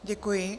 Děkuji.